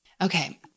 Okay